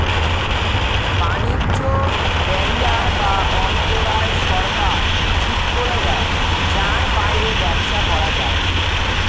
বাণিজ্য ব্যারিয়ার বা অন্তরায় সরকার ঠিক করে দেয় যার বাইরে ব্যবসা করা যায়না